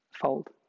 fold